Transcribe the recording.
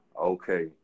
okay